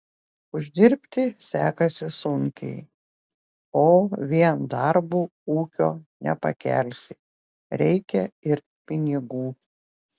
uždirbti sekasi sunkiai o vien darbu ūkio nepakelsi reikia ir pinigų